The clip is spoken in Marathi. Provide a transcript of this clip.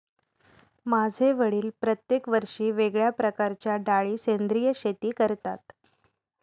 माझे वडील प्रत्येक वर्षी वेगळ्या प्रकारच्या डाळी सेंद्रिय शेती करतात